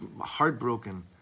heartbroken